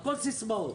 הכול סיסמאות.